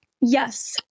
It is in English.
Yes